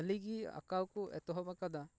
ᱦᱟᱹᱞᱤᱜᱮ ᱟᱸᱠᱟᱣ ᱠᱚ ᱮᱛᱚᱦᱚᱵ ᱟᱠᱟᱫᱟ